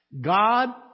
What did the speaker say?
God